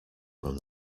from